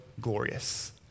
glorious